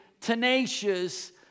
tenacious